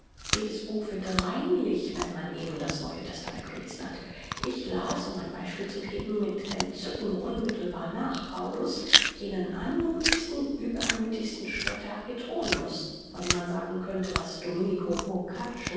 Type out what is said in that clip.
jedes buch wird reinlich wenn man eben das neue testament gelesen hat ich las um ein beispiel zu geben mit entzücken unmittelbar nach paulus jenen anmuthigsten übermüthigsten spötter petronius von dem man sagen könnte was